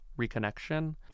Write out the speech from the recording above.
reconnection